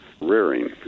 rearing